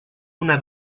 una